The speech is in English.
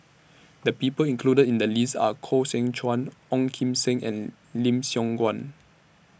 The People included in The list Are Koh Seow Chuan Ong Kim Seng and Lim Siong Guan